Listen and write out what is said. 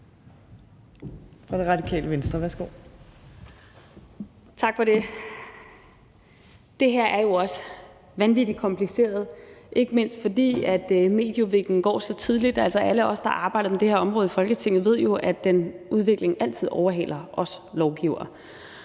Tak for det. Det her er jo også vanvittig kompliceret, ikke mindst fordi medieudviklingen går så stærkt. Alle os, der arbejder med det her område i Folketinget, ved jo, at udviklingen altid overhaler os lovgivere.